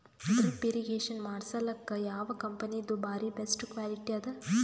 Drip irrigation ಮಾಡಸಲಕ್ಕ ಯಾವ ಕಂಪನಿದು ಬಾರಿ ಬೆಸ್ಟ್ ಕ್ವಾಲಿಟಿ ಅದ?